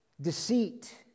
Deceit